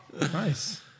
Nice